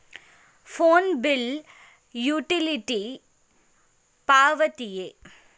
Phone bill utility ಪಾವತಿಯೇ?